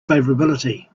favorability